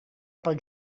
pel